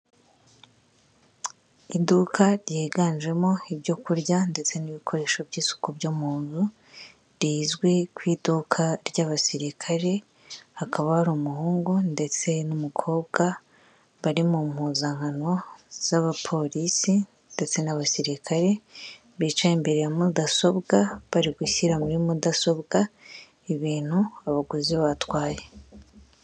Iduka ryiganjemo ibyo kurya ndetse n'ibikoresho by'isuku byo mu nzu, rizwi ku iduka ry'abasirikare, hakaba hari umuhungu ndetse n'umukobwa bari mu mpuzankano z'abapolisi ndetse n'abasirikare, bicaye imbere ya mudasobwa bari gushyira muri mudasobwa ibintu abaguzi batwaye.